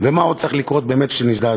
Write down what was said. ומה עוד צריך לקרות כדי שנזדעזע?